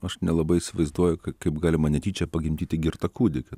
aš nelabai įsivaizduoju kaip galima netyčia pagimdyti girtą kūdikį